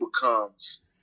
becomes